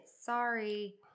Sorry